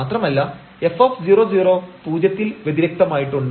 മാത്രമല്ല f 00 പൂജ്യത്തിൽ വ്യത്യരിക്തമായിട്ടുണ്ട്